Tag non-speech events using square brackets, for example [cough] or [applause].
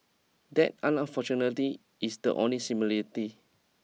that [unintelligible] fortunately is the only similarity